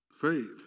Faith